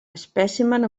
espècimen